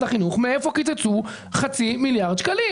החינוך מאיפה קיצצו חצי מיליארד שקלים.